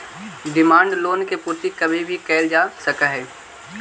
demand loan के पूर्ति कभी भी कैल जा सकऽ हई